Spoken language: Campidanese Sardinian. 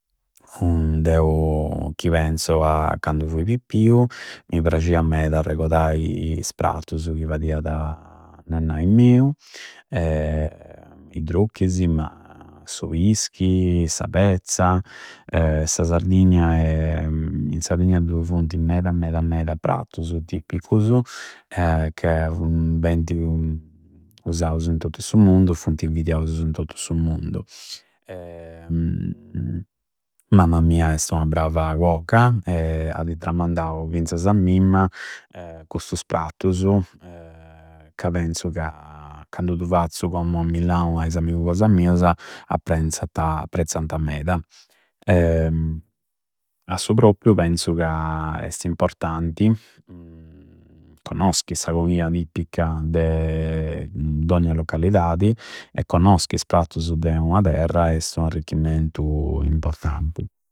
Deu chi penzu a candu fui pippiu, mi prascia meda arregodai is prattusu chi fadiada nannai miu. I drucchisi, ma su pischi, sa pezza. Sa Sardigna, in Sardigna dui funti meda, meda meda prattusu tipiccusu, ca beinti usausu in tottu su mundu, funti invidiausu in tottu su mundu. Mamma mia esti ua brava cuoca adi tramandau finzasa a mimma custus prattusu ca penzu ca, candu du fazzu commu a Milau a is amiguu cosa miasa, appressanta, apprezzanta meda. A su propriu penzu ca esti importanti connoschi sa coghia tipica de dogna loccallidadi e connosci is prattusu de ua terra esti u arricchimmentu importanti.